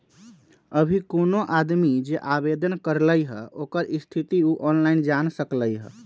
अभी कोनो आदमी जे आवेदन करलई ह ओकर स्थिति उ ऑनलाइन जान सकलई ह